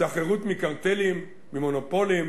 השתחררות מקרטלים ומונופולים